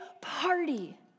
party